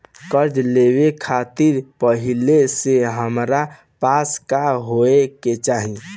कर्जा लेवे खातिर पहिले से हमरा पास का होए के चाही?